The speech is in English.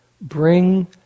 bring